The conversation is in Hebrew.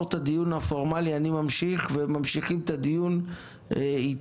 את הדיון הפורמלי אבל נמשיך אותו איתי.